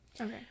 okay